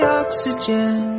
oxygen